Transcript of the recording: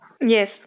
Yes